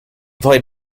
played